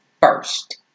first